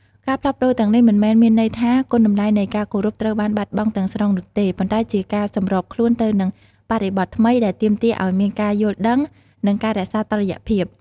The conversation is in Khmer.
ការផ្លាស់ប្តូរទាំងនេះមិនមែនមានន័យថាគុណតម្លៃនៃការគោរពត្រូវបានបាត់បង់ទាំងស្រុងនោះទេ ប៉ុន្តែជាការសម្របខ្លួនទៅនឹងបរិបទថ្មីដែលទាមទារឲ្យមានការយល់ដឹង និងការរក្សាតុល្យភាព។